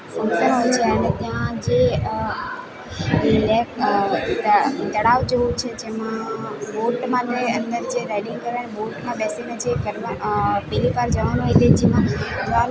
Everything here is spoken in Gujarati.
ફંક્શન હોય છે અને ત્યાં જે લેક ત તળાવ જેવું છે જેમાં બોટમાંને અંદર જે રાઇડિંગ કરવાની બોટમાં બેસીને જે પેલી પાર જવાનું હોય તેમાં